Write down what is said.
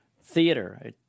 Theater